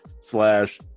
Slash